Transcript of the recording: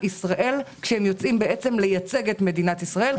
ישראל כשהם יוצאים לייצג את מדינת ישראל.